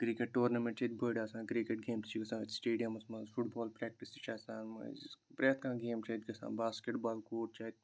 cricket tournament چھِ ییٚتہِ بٔڈۍ آسان کِرکِٹ گیمہٕ تہِ چھِ گَژھان سِٹیڈِیَمَس منٛز فُٹ بال پرٛیکٹِس تہِ چھِ آسان مٔنٛزۍ پِرٛٮ۪تھ کانٛہہ گیم چھِ ییٚتہِ گَژھان باسکٮ۪ٹ بال کوٗرٹ چھُ اَتہِ